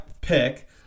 pick